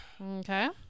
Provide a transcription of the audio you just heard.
okay